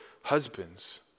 husbands